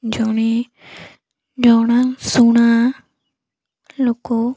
ଜଣେ ଜଣାଶୁଣା ଲୋକ